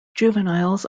juveniles